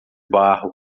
barro